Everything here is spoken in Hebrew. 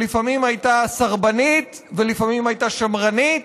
שלפעמים הייתה סרבנית ולפעמים הייתה שמרנית,